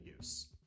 use